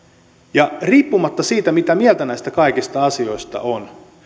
riippumatta siitä mitä mieltä näistä kaikista asioista on